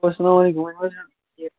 اسلام علیکُم ؤنو حظ جناب کیٚنٛہہ